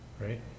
Right